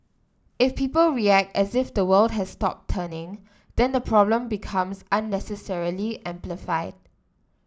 if people react as if the world has stopped turning then the problem becomes unnecessarily amplified